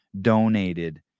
donated